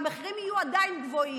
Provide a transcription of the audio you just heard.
והמחירים יהיו עדיין גבוהים.